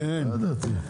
לא ידעתי.